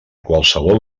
qualsevol